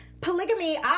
Polygamy